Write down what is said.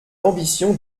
l’ambition